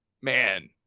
Man